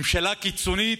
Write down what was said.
ממשלה קיצונית?